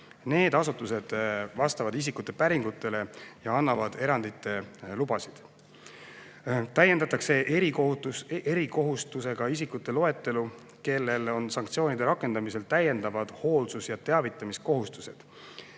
Need asutused vastavad isikute päringutele ja annavad erandite lubasid. Täiendatakse erikohustusega isikute loetelu, kellel on sanktsioonide rakendamisel täiendavad hoolsus- ja teavitamiskohustused.